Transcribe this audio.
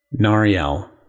Nariel